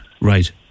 Right